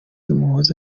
umuhoza